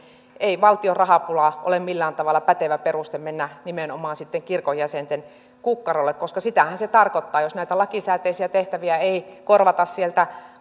ei valtion rahapula ole millään tavalla pätevä peruste mennä nimenomaan kirkon jäsenten kukkarolle sitähän se tarkoittaa jos näitä lakisääteisiä tehtäviä ei korvata sieltä